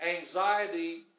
anxiety